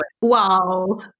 Wow